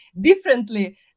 differently